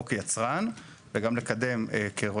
גם לקדם בעצמו כיצרן,